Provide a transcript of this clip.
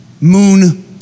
moon